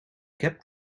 kept